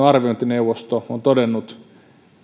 arviointineuvosto on todennut